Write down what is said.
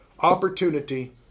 opportunity